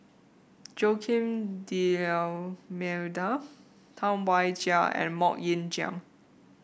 Joaquim D'Almeida Tam Wai Jia and MoK Ying Jang